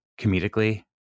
comedically